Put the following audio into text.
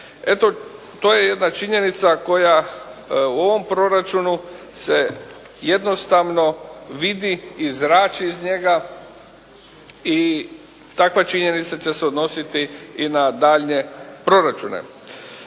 Eto, to je jedna činjenica koja u ovom proračunu se jednostavno vidi i zrači iz njega i takva činjenica će se odnositi i na daljnje proračune.